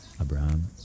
Abraham